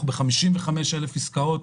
אנחנו עם 55 אלף עסקאות,